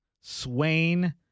Swain